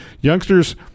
youngsters